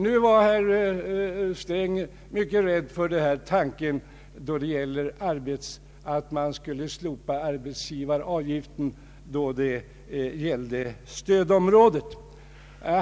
Nu var herr Sträng mycket rädd för tanken att arbetsgivaravgiften skulle slopas för stödområdet.